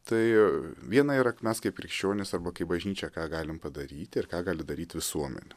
tai viena yra mes kaip krikščionys arba kaip bažnyčia ką galim padaryti ir ką gali daryti visuomenė